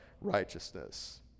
righteousness